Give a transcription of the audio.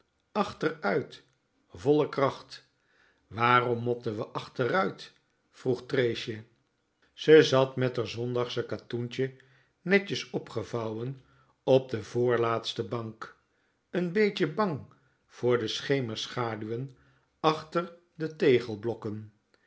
achteruit volle kracht wààrom motte we achteruit vroeg treesje ze zat met r zondagsche katoentje netjes opgevouwen op de voorlaatste bank n beetje bang voor de schemerschaduwen achter de